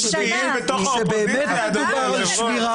קודם כל, כמו שאמרתי בדיון הקודם,